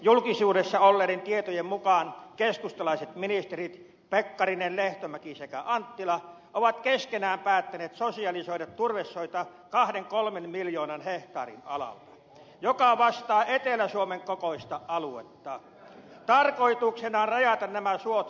julkisuudessa olleiden tietojen mukaan keskustalaiset ministerit pekkarinen lehtomäki sekä anttila ovat keskenään päättäneet sosialisoida turvesoita kahden kolmen miljoonan hehtaarin alalta joka vastaa etelä suomen kokoista aluetta tarkoituksena rajata nämä suot pois turvetuotannosta